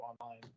online